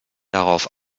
darauf